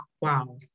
wow